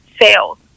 sales